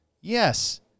Yes